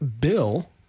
Bill